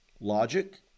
logic